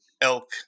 elk